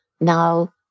now